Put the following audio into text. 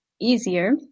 easier